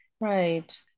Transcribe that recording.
right